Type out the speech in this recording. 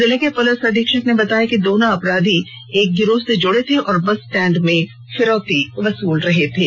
जिले के पुलिस अधीक्षक ने बताया कि दोनों अपराधी एक गिरोह से जुड़े हुए थे और बस स्टैंड में फिरौती वसूल रहे थे